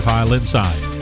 Highlandside